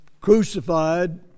crucified